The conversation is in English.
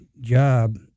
job